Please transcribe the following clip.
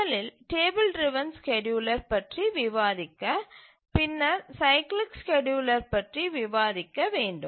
முதலில் table driven scheduler பற்றி விவாதித்த பின்னர் சைக்கிளிக் ஸ்கேட்யூலர் பற்றி அதில் விவாதிக்க வேண்டும்